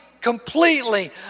completely